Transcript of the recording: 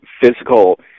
physical